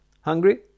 Hungry